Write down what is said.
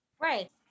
right